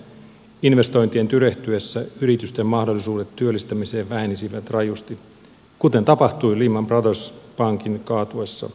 investointien tyrehtyessä yritysten mahdollisuudet työllistämiseen vähenisivät rajusti kuten tapahtui lehman brothers pankin kaatuessa